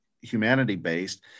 humanity-based